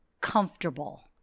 comfortable